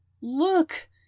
Look